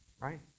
right